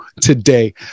today